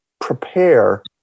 prepare